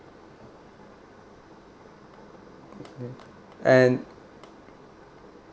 okay and